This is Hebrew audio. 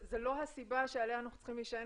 לא הסיבה שעליה אנחנו צריכים להישען